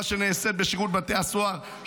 הכל-כך חשובה שנעשית בשירות בתי הסוהר,